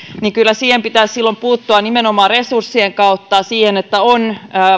niin kyllä siihen pitäisi silloin puuttua nimenomaan resurssien kautta että on